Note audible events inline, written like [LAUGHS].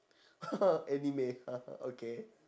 [LAUGHS] anime [LAUGHS] okay